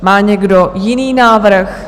Má někdo jiný návrh?